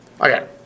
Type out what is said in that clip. Okay